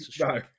No